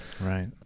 Right